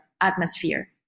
atmosphere